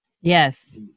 Yes